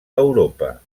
europa